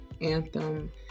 anthem